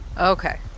Okay